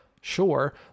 Sure